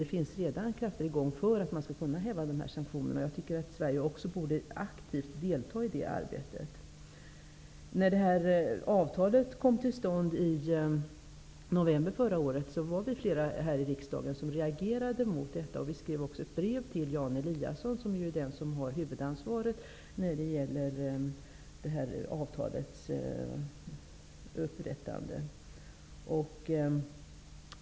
Det finns redan krafter i gång för att man skall kunna häva dessa sanktioner. Jag tycker att Sverige också aktivt borde delta i det arbetet. När det här avtalet kom till stånd i november förra året var vi flera här i riksdagen som reagerade mot det. Vi skrev också ett brev till Jan Eliasson, som har huvudansvaret för avtalets upprättande.